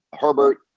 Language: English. Herbert